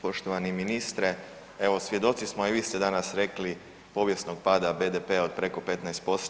Poštovani ministre, evo svjedoci smo a i vi ste danas rekli, povijesnog pada BDP-a od preko 15%